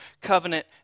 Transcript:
covenant